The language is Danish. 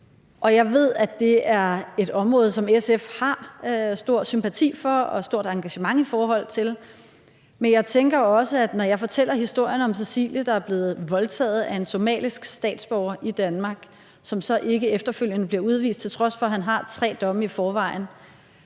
Jeg ved, at det er et område, som SF har stor sympati for og et stort engagement i forhold til. Men jeg tænker også, når jeg fortæller historien om Cecilie, der er blevet voldtaget af en somalisk statsborger i Danmark, som så ikke efterfølgende bliver udvist, til trods for at han har tre domme i forvejen,